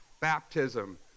baptism